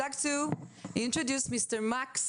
(אומרת דברים בשפה האנגלית, להלן תרגום חופשי)